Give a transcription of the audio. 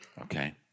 okay